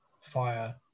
fire